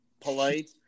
polite